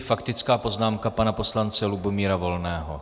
Faktická poznámka pana poslance Lubomíra Volného.